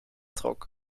trok